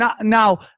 now